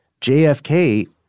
JFK